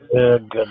Good